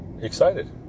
excited